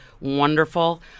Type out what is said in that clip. wonderful